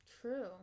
True